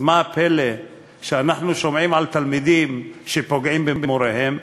אז מה הפלא שאנחנו שומעים על תלמידים שפוגעים במוריהם?